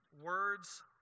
words